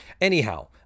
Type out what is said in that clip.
Anyhow